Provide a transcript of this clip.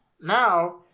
Now